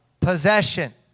Possession